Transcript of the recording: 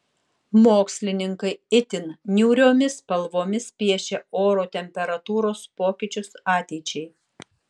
mokslininkai itin niūriomis spalvomis piešia oro temperatūros pokyčius ateičiai